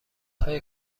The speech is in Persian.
های